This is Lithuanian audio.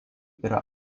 yra